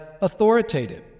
authoritative